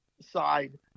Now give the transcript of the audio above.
side